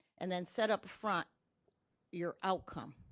and then set up front your outcome.